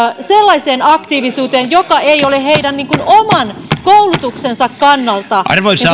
sellaiseen aktiivisuuteen joka ei ole heidän oman koulutuksensa kannalta